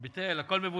יש לכם עוד